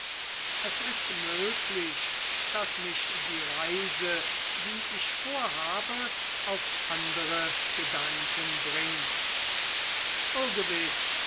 es ist möglich daß mich die reise die ich vorhabe auf andere gedanken bringt o gewiß